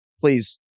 please